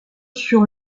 sur